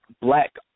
black